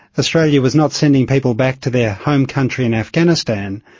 australia was not sending people back to their home country in afghanistan,